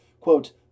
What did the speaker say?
quote